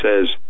says